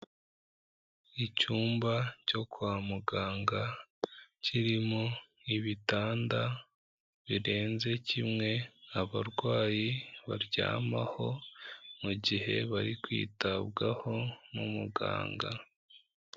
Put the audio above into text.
Icyumba cyo kwa muganga kirimo ibitanda birenze kimwe abarwayi baryamaho, mu gihe bari kwitabwaho n'umuganga.